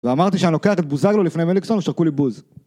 ואמרתי שאני לוקח את בוזגלו לפני מליקסון ושרקו לי בוז